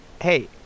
hey